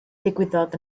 ddigwyddodd